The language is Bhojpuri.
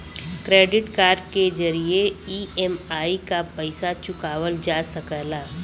क्रेडिट कार्ड के जरिये ई.एम.आई क पइसा चुकावल जा सकला